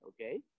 Okay